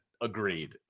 agreed